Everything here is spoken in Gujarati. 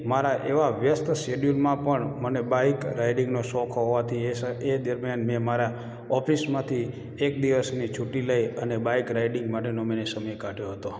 મારા એવા વ્યસ્ત શેડ્યૂલમાં પણ મને બાઈક રાઈડિંગનો શોખ હોવાથી એ સ એ દરમિયાન મેં મારાં ઓફિસમાંથી એક દિવસની છુટ્ટી લઇ અને બાઈક રાઈડિંગ માટેનો મેં સમય કાઢયો હતો